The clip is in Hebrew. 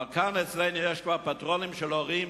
אבל כאן אצלנו יש כבר 'פטרולים' של הורים,